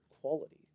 quality